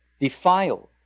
defiled